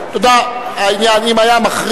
קובע שדין הרציפות לא יחול, והבקשה הזאת נפלה.